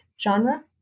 genre